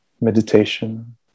meditation